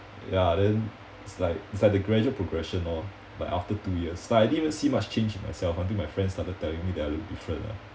ya then it's like it's like the gradual progression lor but after two years but I didn't even see much change in myself until my friend started telling me that I look different lah